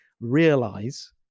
realize